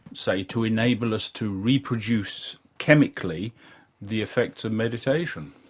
say, to enable us to reproduce chemically the effects of meditation?